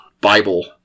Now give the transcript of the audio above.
Bible